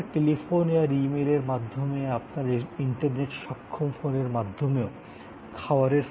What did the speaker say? তারপরে টেলিফোন আর ই মেইলের মাধ্যমে আপনার ইন্টারনেট সক্ষম ফোনের মাধ্যমেও খাবারের ফরমাশ দেওয়া সম্ভব